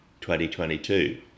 2022